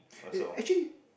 eh actually